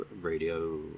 radio